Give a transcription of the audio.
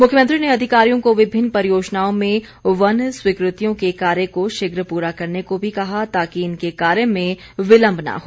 मुख्यमंत्री ने अधिकारियों को विभिन्न परियोजनाओं में वन स्वीकृतियों के कार्य को शीघ्र पूरा करने को भी कहा ताकि इनके कार्य में विलम्ब न हो